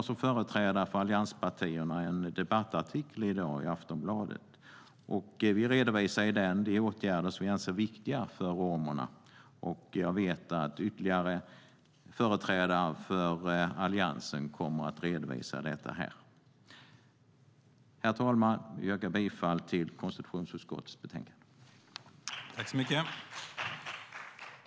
Som företrädare för allianspartierna har vi publicerat en debattartikel i Aftonbladet. I den redovisar vi de åtgärder som vi anser viktiga för romerna, och jag vet att ytterligare företrädare för Alliansen kommer att ta upp detta. Herr talman! Jag yrkar bifall till konstitutionsutskottets förslag i betänkandet.